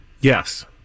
Yes